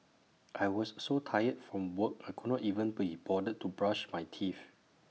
I was so tired from work I could not even bother to brush my teeth